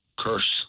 curse